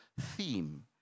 theme